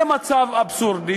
זה מצב אבסורדי,